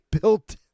built